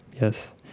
Yes